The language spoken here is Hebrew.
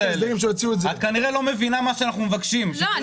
את כנראה לא מבינה מה שאנחנו מבקשים, שזה